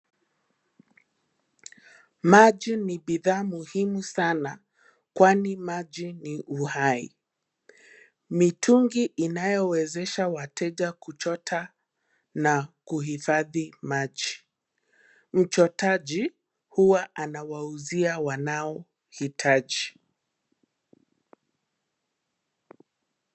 Maji ni bidhaa muhimu sana kwani maji ni uhai, mitungi inayowezesha wateja kuchota na kuhifadhi maji. Mchotaji huwa anawauzia wanaohitaji